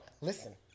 Listen